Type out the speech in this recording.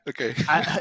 okay